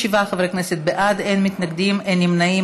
27 חברי כנסת בעד, אין מתנגדים, אין נמנעים.